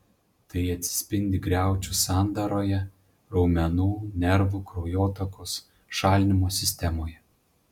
tai atsispindi griaučių sandaroje raumenų nervų kraujotakos šalinimo sistemoje